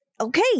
okay